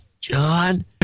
John